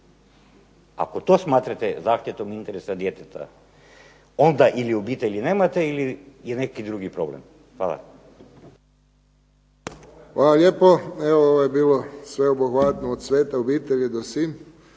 ako to smatrate zaštite interesa djeteta onda ili obitelji nemate ili je neki drugi problem. Hvala. **Friščić, Josip (HSS)** Hvala lijepo. Evo, ovo je bilo sveobuhvatno. Od svete obitelji do svih.